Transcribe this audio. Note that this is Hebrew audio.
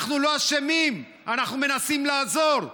אנחנו לא אשמים, אנחנו מנסים לעזור.